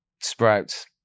Sprouts